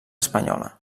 espanyola